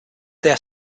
their